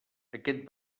aquest